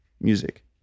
music